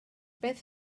beth